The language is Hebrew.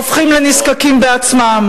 הופכים לנזקקים בעצמם.